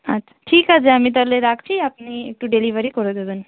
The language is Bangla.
আচ্ছা ঠিক আছে আমি তাহলে রাখছি আপনি একটু ডেলিভারি করে দেবেন